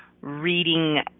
reading